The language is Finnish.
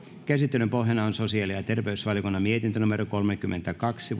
käsittelyn pohjana on sosiaali ja ja terveysvaliokunnan mietintö kolmekymmentäkaksi